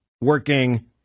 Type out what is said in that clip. working